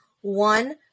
one